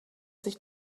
sich